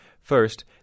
First